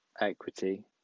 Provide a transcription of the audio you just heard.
equity